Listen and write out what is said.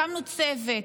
בדקתי בספר התקציב.